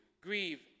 grieve